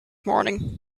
morning